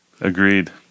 Agreed